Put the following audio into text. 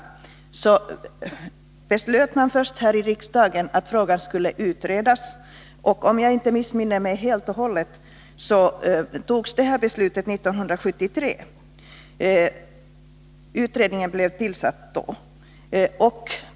Då beslöt riksdagen först att frågan skulle utredas. Om jag inte helt missminner mig togs beslutet om utredning 1973.